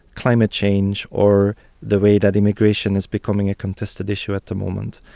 climate change or the way that immigration is becoming a contested issue at the moment.